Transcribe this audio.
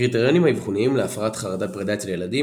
הקריטריונים האבחוניים להפרעת חרדת פרידה אצל ילדים,